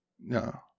no